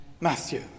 Matthew